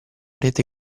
rete